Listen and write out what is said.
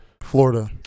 Florida